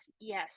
yes